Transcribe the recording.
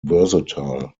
versatile